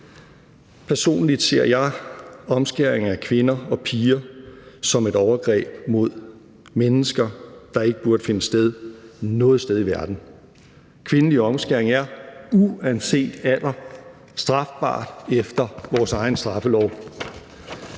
Personligt ser jeg omskæring af kvinder og piger som et overgreb mod mennesker, der ikke burde finde sted noget sted i verden. Kvindelig omskæring er uanset alder strafbart efter vores egen straffelov.